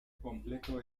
completo